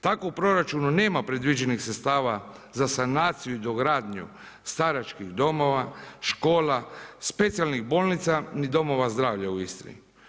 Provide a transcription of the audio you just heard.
Tako u proračunu nema predviđenih sredstava za sanaciju i dogradnju staračkih domova, škola, specijalnih bolnica ni domova zdravlja u Istri.